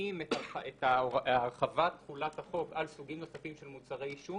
מתאים את הרחבת תכולת החוק על סוגים נוספים של מוצרי עישון